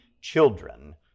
children